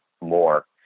more